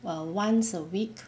err once a week